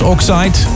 Oxide